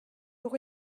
pour